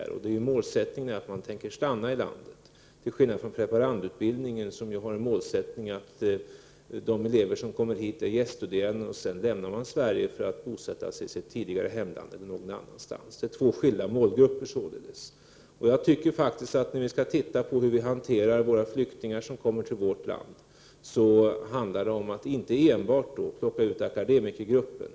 I det senare fallet är målsättningen att man tänker stanna i landet. För preparandutbildningen är målsättningen att det handlar om gäststuderande som sedan lämnar Sverige för att bosätta sig i sitt tidigare hemland eller någon annanstans. Det är således fråga om två olika målgrupper. När vi skall titta på hur vi hanterar de flyktingar som kommer till vårt land, handlar det inte enbart om att plocka ut akademikergruppen.